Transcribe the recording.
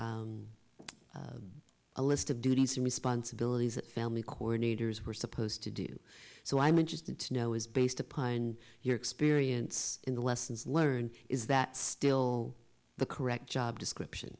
a list of duties and responsibilities that family coordinators were supposed to do so i'm interested to know is based upon your experience in the lessons learned is that still the correct job description